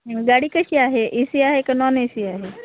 गाडी कशी आहे ए सी आहे का नॉन ए सी आहे